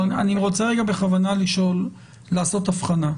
טוב, אני רוצה לעשות הבחנה,